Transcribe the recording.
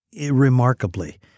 remarkably